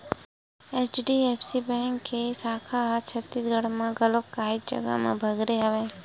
HDFC bank के साखा ह छत्तीसगढ़ म घलोक काहेच जघा म बगरे हवय